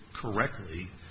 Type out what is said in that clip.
correctly